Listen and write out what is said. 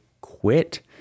quit